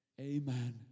Amen